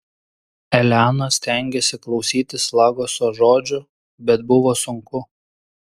elena stengėsi klausytis lagoso žodžių bet buvo sunku